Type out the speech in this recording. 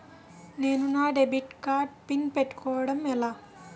నేను నా debit card pin పెట్టుకోవడం ఎలా?